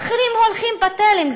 ואחרים הולכים בתלם.